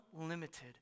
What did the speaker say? unlimited